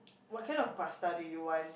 what kind of pasta do you want